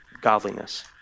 godliness